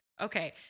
Okay